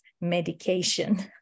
medication